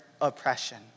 oppression